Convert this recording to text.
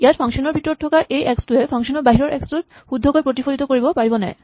ইয়াত ফাংচন ৰ ভিতৰত থকা এই এক্স টোৱে ফাংচন ৰ বাহিৰৰ এক্স টোত শুদ্ধকৈ প্ৰতিফলিত কৰিব পাৰিবনাই